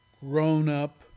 grown-up